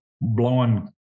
blowing